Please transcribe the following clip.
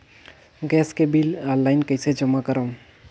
Gas के bill online कइसे जमा करव?